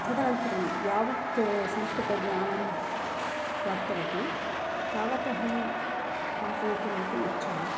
तदनन्तरं यावत् संस्कृतज्ञानं प्राप्तवती तावत् अहं पाठयितुम् अपि इच्छामि